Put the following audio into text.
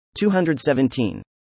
217